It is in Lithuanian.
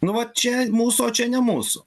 nu va čia mūsų o čia ne mūsų